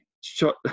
shot